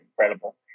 incredible